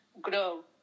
grow